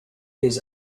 his